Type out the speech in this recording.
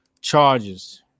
charges